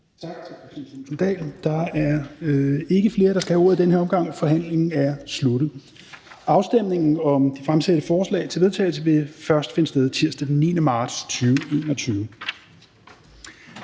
Kristian Thulesen Dahl. Der er ikke flere, der får ordet i den her omgang. Forhandlingen er sluttet. Afstemningen om de fremsatte forslag til vedtagelse vil først finde sted tirsdag den 9. marts 2021.